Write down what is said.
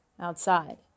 outside